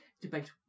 debate